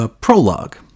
prologue